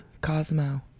Cosmo